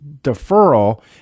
deferral